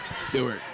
Stewart